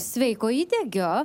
sveiko įdegio